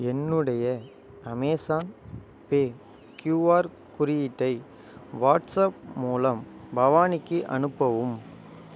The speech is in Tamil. என்னுடைய அமேஸான் பே க்யூஆர் குறியீட்டை வாட்ஸாப் மூலம் பவானிக்கு அனுப்பவும்